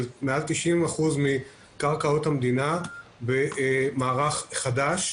מעל 90% מקרקעות המדינה במערך חדש.